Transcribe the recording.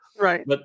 Right